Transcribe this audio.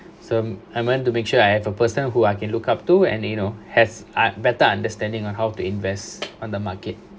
so I want to make sure I have a person who I can look up to and you know has a better understanding on how to invest on the market